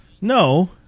No